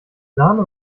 sahne